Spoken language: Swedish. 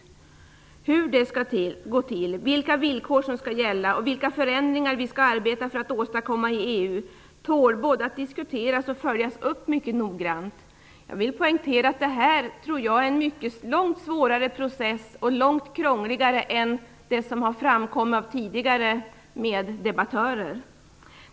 Hur det skall gå till. Vilka villkor som skall gälla och vilka förändringar vi skall arbeta för att åstadkomma i EU tål båda att diskuteras och följas upp mycket noggrant. Jag vill poängtera att jag tror att detta är en långt svårare krångligare process än vad som har framgått av tidigare anföranden.